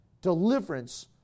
deliverance